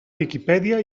viquipèdia